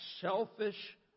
selfish